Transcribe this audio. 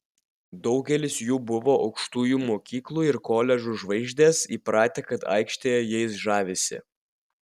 daugelis jų buvo aukštųjų mokyklų ir koledžų žvaigždės įpratę kad aikštėje jais žavisi